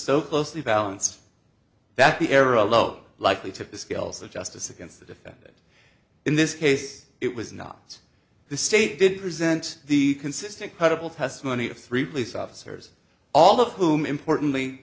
so closely balanced that the error a low likely to the scales of justice against the defendant in this case it was not the state did present the consistent credible testimony of three police officers all of whom importantly